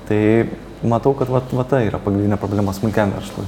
tai matau kad vat va ta yra pagrindinė problema smulkiam verslui